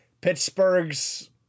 Pittsburgh's